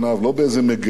לא באיזו מגירה,